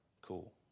Cool